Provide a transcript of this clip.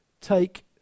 take